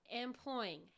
employing